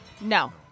No